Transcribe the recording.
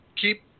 keep